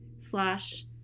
Slash